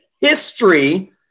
history